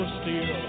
steel